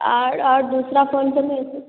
और और दूसरा फ़ोन तो